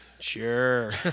Sure